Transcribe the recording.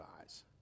eyes